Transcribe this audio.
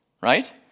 right